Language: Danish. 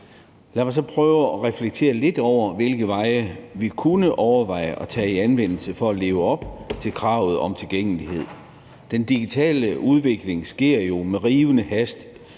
Lad mig prøve at reflektere lidt over, hvilke veje vi kunne overveje at tage i anvendelse for at leve op til kravet om tilgængelighed. Den digitale udvikling sker jo med rivende hast,